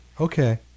Okay